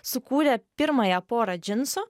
sukūrė pirmąją porą džinsų